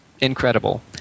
incredible